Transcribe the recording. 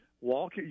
Walk